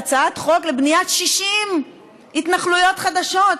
את הצעת חוק לבניית 60 התנחלויות חדשות.